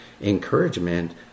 encouragement